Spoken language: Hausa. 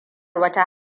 wata